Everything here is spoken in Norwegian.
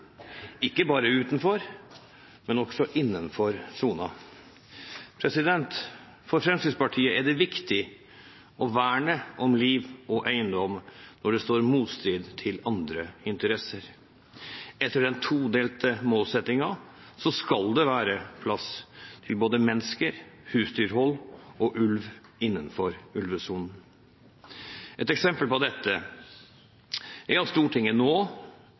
ikke bare utenfor, men også innenfor sonen. For Fremskrittspartiet er det viktig å verne om liv og eiendom når det står i motstrid til andre interesser. Etter den todelte målsettingen skal det være plass til både mennesker, husdyrhold og ulv innenfor ulvesonen. Et eksempel på dette er at Stortinget nå